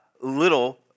little